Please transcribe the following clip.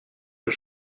que